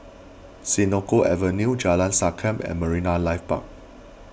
Senoko Avenue Jalan Sankam and Marine Life Park